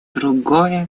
другое